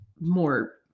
more